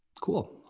Cool